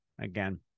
again